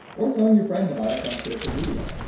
or telling your friends about us on social media.